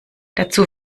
dazu